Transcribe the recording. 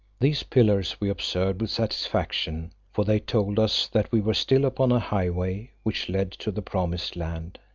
these pillars we observed with satisfaction, for they told us that we were still upon a highway which led to the promised land.